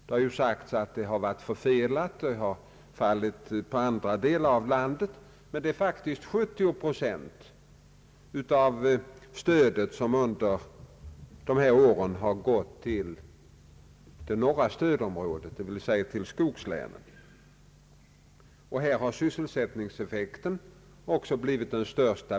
Det har sagts att det varit förfelat och fallit på andra delar av landet, men 70 procent av stödet har faktiskt under dessa år gått till det norra stödområdet, dvs. skogslänen. Här har också sysselsättningseffekten blivit den största.